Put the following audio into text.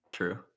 True